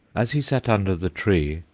as he sat under the tree,